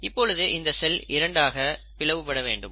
இப்பொழுது இந்த செல் இரண்டாகப் பிளவு பட வேண்டும்